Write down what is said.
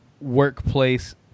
workplace